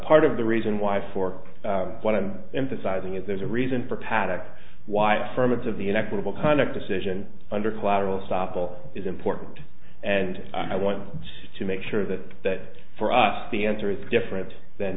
part of the reason why for emphasizing is there's a reason for patent why affirmative the inequitable conduct decision under collateral stoppel is important and i want to make sure that that for us the answer is different than